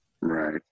Right